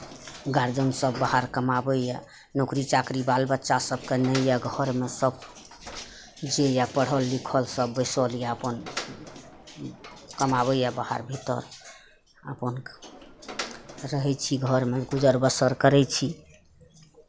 गारजनसभ बाहर कमाबैए नौकरी चाकरी बाल बच्चा सभकेँ नहि यए घरमे सभ जे यए पढ़ल लिखल सभ बैसल यए अपन कमाबैए बाहर भीतर अपन रहै छी घरमे गुजर बसर करै छी